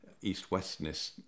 east-westness